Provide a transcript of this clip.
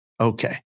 Okay